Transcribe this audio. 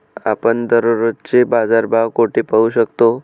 आपण दररोजचे बाजारभाव कोठे पाहू शकतो?